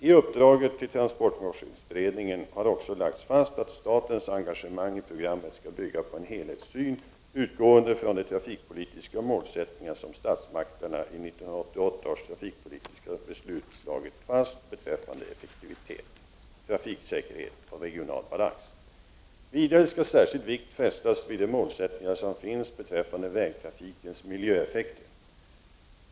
I uppdraget till transportforskningsberedningen har också lagts fast att statens engagemang i programmen skall bygga på en helhetssyn utgående från de trafikpolitiska målsättningar som statsmakterna i 1988 års trafikpolitiska beslut slagit fast beträffande effektivitet, trafiksäkerhet och regional balans. Vidare skall särskild vikt fästas vid de målsättningar som finns beträffande vägtrafikens miljöeffekter.